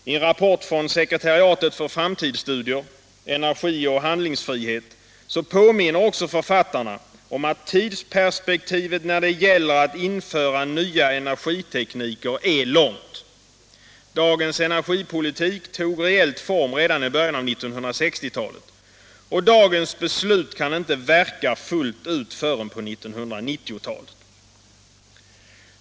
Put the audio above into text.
I en rapport från Sekretariatet för framtidsstudier, ”Energi och handlingsfrihet”, påminner författarna om att ”tidsperspektivet när det gäller att införa nya energitekniker är långt”. Dagens energipolitik tog reellt form redan i början av 1960-talet. Och dagens beslut kan inte verka fullt ut förrän på 1990-talet.